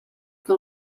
que